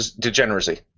degeneracy